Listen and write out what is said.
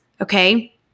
okay